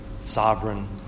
sovereign